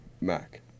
Mac